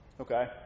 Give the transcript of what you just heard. Okay